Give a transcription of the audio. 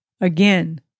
Again